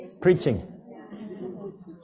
preaching